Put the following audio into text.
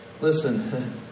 Listen